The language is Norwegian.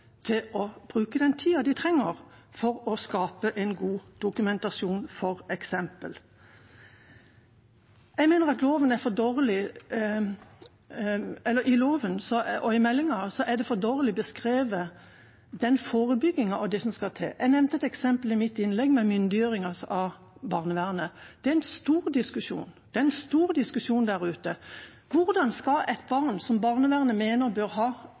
til å bruke den tida de trenger til f.eks. å skape en god dokumentasjon. Jeg mener forebyggingen og det som skal til, er for dårlig beskrevet i loven og i meldinga. Jeg nevnte i mitt innlegg et eksempel med myndiggjøring av barnevernet. Det er en stor diskusjon. Det er en stor diskusjon der ute. Hvordan skal et barn som barnevernet mener bør ha